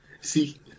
See